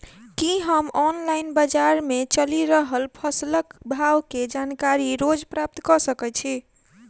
की हम ऑनलाइन, बजार मे चलि रहल फसलक भाव केँ जानकारी रोज प्राप्त कऽ सकैत छी?